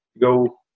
go